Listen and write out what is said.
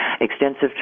extensive